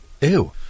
Ew